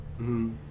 -hmm